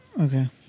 Okay